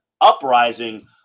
uprising